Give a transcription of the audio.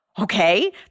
okay